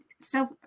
Self